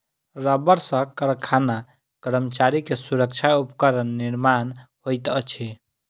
रबड़ सॅ कारखाना कर्मचारी के सुरक्षा उपकरण निर्माण होइत अछि